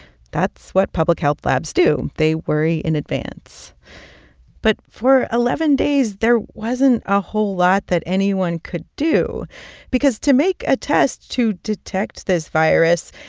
that's what public health labs do they worry in advance but for eleven days, there wasn't a whole lot that anyone could do because to make a test to detect this virus,